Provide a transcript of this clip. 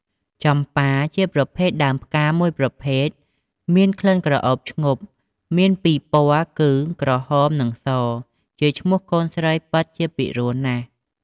ចំប៉ា ជាប្រភេទដើមផ្កាមួយប្រភេទមានក្លិនក្រអូបឈ្ងប់ មានពីរពណ៌គឺ ក្រហម និងស ជាឈ្មោះកូនស្រីពិតជាពីរោះណាស់ ។